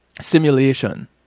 simulation